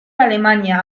alemania